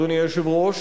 אדוני היושב-ראש,